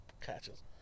catches